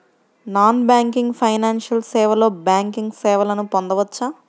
Non banking financial సేవలో banking సేవలను పొందవచ్చా?